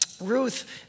Ruth